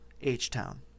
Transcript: H-Town